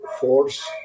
force